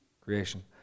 Creation